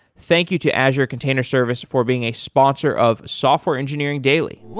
thank you to azure container service for being a sponsor of software engineering daily